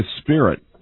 Spirit